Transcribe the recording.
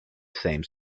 same